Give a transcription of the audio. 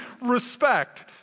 respect